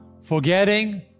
Forgetting